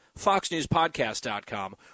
FoxNewsPodcast.com